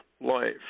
life